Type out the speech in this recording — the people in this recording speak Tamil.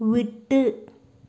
விட்டு